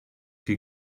qui